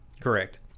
Correct